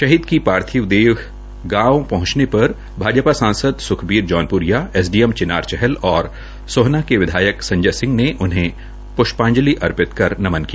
शही की पार्थिव देह गांव पहंचने पर भाजपा सांसद सुखबीर जैनप्रिया एसडीएम चिनार चहल और सोहाना के विधायक संजय सिंह ने उन्हें पुष्पाजलि अर्पित कर नमन किया